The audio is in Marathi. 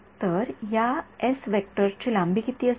तर या एस वेक्टर ची लांबी किती असेल